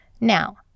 Now